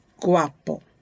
guapo